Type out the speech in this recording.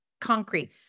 concrete